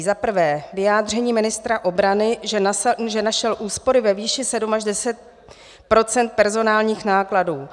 Za prvé, vyjádření ministra obrany, že našel úspory ve výši 7 až 10 % personálních nákladů.